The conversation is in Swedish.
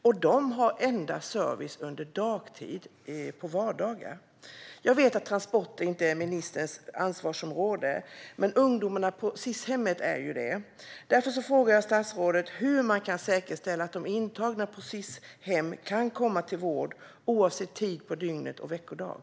Den har service endast under dagtid på vardagar. Jag vet att transporter inte är ministerns ansvarsområde, men ungdomarna på Sis-hemmet är det. Hur kan man säkerställa, statsrådet, att de intagna på Sis-hem kan komma till vård oavsett tid på dygnet och veckodag?